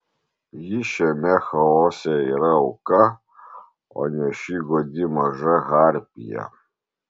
ji šiame chaose yra auka o ne ši godi maža harpija